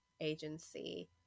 agency